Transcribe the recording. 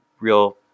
real